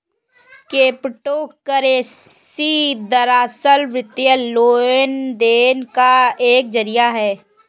crypto currency दरअसल, वित्तीय लेन देन का एक जरिया है